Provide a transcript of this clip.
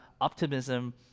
optimism